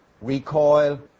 recoil